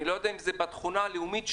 אני לא יודע אם זה בתכונה הלאומית שלנו,